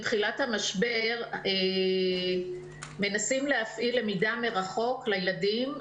מתחילת המשבר מנסים להפעיל למידה מרחוק לילדים.